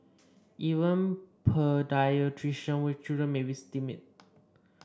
even paediatrician with children may be stymied